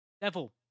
Devil